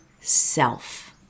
self